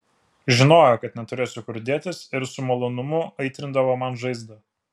žinojo kad neturėsiu kur dėtis ir su malonumu aitrindavo man žaizdą